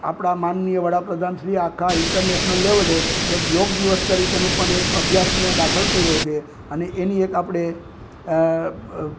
આપણા માનનીય વડાપ્રધાન આખા ઇંટરનેશનલ લેવલે એક યોગ દિવસ તરીકેનો પણ અભ્યાસને દાખલ કર્યો છે અને એની એક આપણે